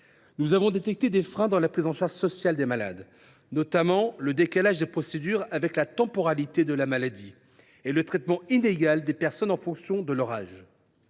nous avons détecté des freins dans la prise en charge sociale des malades, notamment le décalage entre les procédures et la temporalité de la maladie, ainsi que le traitement inégal des personnes en fonction de leur âge.